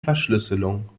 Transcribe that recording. verschlüsselung